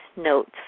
notes